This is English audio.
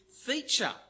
feature